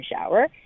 shower